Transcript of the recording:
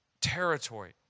territory